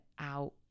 out